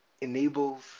enables